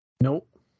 Nope